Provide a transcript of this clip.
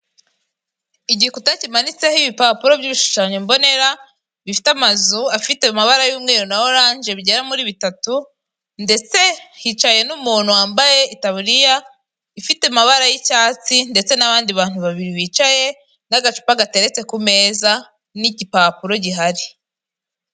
Igikuta kimanitseho ibipapuro by'ibishushanyombonera bifite amazu afite amabara y'umweru na oranje, bigerara muri bitatu ndetse hicaye n'umuntu wambaye itaburiya ifite amabara y'icyatsi ndetse n'abandi bantu babiri bicaye n'agacupa gateretse kumeza n'igipapuro gihari.